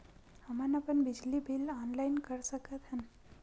हमन अपन बिजली बिल ऑनलाइन कर सकत हन?